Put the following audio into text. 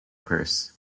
purse